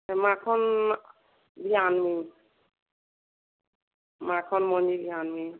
ମାଖନ୍ ଇଏ ଆନମି ମାଖନ୍ ମଞ୍ଜି ଆନମି